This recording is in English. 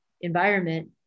environment